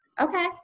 Okay